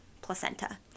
placenta